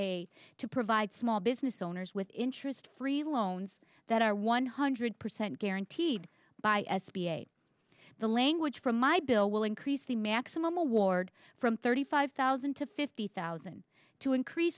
a to provide small business owners with interest free loans that are one hundred percent guaranteed by s b a the language from my bill will increase the maximum award from thirty five thousand to fifty thousand to